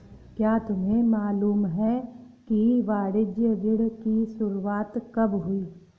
क्या तुम्हें मालूम है कि वाणिज्य ऋण की शुरुआत कब हुई?